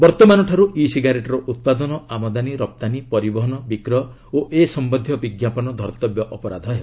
ବର୍ତ୍ତମାନଠାରୁ e ସିଗାରେଟ୍ର ଉତ୍ପାଦନ ଆମଦାନୀ ରପ୍ତାନୀ ପରିବହନ ବିକ୍ରୟ ଓ ଏ ସମ୍ୟନ୍ଧୀୟ ବିଜ୍ଞାପନ ଧର୍ଭବ୍ୟ ଅପରାଧ ହେବ